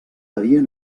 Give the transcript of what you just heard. havia